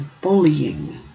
bullying